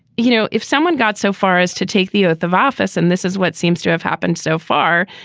you know, if someone got so far as to take the oath of office and this is what seems to have happened so far,